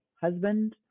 husband